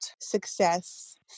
success